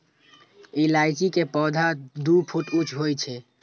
इलायची के पौधा दू फुट ऊंच होइ छै